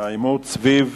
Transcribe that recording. העימות סביב